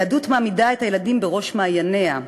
היהדות מעמידה את הילדים בראש מעייניה,